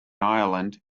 ireland